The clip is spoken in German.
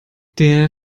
der